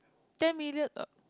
ten million uh